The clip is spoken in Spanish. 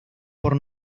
por